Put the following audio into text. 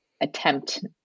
attempt